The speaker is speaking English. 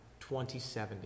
2070